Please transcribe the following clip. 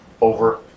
over